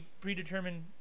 predetermined